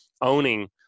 owning